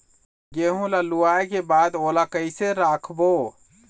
गेहूं ला लुवाऐ के बाद ओला कइसे राखबो?